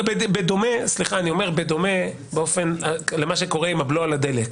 בדומה למה שקורה עם הבלו על הדלק.